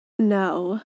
No